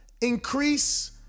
increase